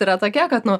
yra tokia kad nu